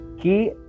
key